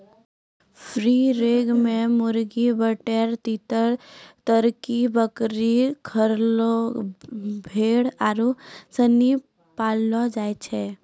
free range मे मुर्गी, बटेर, तीतर, तरकी, बकरी, खरगोस, भेड़ आरु सनी पाललो जाय छै